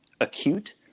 acute